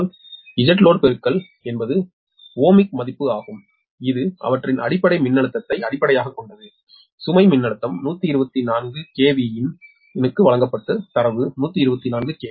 ஆகவே Zload என்பது ohmic மதிப்பு ஆகும் இது அவற்றின் அடிப்படை மின்னழுத்தத்தை அடிப்படையாகக் கொண்டது சுமை மின்னழுத்தம் 124 KVin க்கு வழங்கப்பட்ட தரவு 124 KV